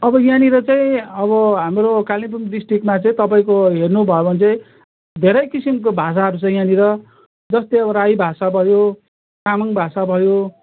अब यहाँनिर चाहिँ अब हाम्रो कालिम्पोङ डिस्ट्रिकमा चाहिँ तपाईँको हेर्नुभयो भने चाहिँ धेरै किसिमको भाषाहरू छ यहाँनिर जस्तै अब राई भाषा भयो तामाङ भाषा भयो